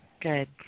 Good